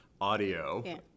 audio